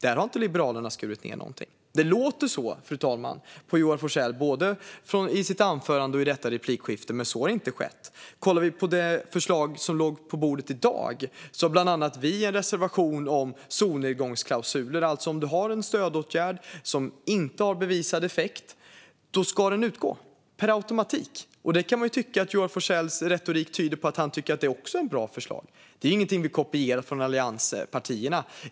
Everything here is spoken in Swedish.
Där har Liberalerna inte skurit ned något. Det låter så på Joar Forssell, både i hans anförande och i detta replikskifte, men så har inte skett. I det förslag som låg på bordet i dag har bland annat vi en reservation om solnedgångsklausuler. Om man har en stödåtgärd som inte har bevisad effekt ska den utgå per automatik. Man kan tycka att Joar Forssells retorik tyder på att han också tycker att det är ett bra förslag. Det är inget som vi kopierat från allianspartierna.